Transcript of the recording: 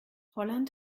holland